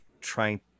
trying